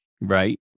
Right